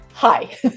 Hi